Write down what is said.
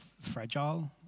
fragile